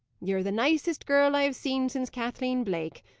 ye're the nicest girl i have seen since kathleen blake,